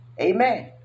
Amen